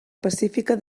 pacífica